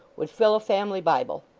would fill a family bible.